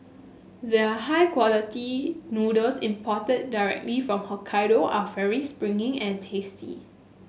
their high quality noodles imported directly from Hokkaido are very springy and tasty